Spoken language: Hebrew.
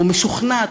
או משוכנעת,